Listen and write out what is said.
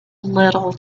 little